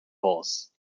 horse